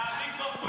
--- למיקרופון.